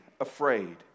afraid